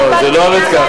לא, זה לא עובד ככה.